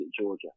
Georgia